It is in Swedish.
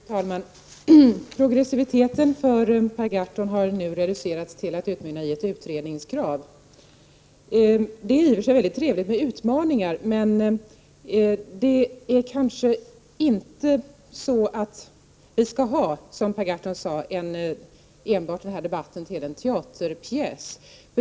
Fru talman! Progressiviteten för Per Gahrton har nu reducerats till att utmynna i ett utredningskrav. Det är i och för sig trevligt med utmaningar, men som Per Gahrton sade skall vi nog inte enbart betrakta den här debatten som en teaterpjäs.